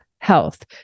health